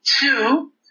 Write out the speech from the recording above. Two